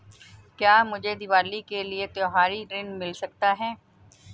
क्या मुझे दीवाली के लिए त्यौहारी ऋण मिल सकता है?